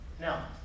Now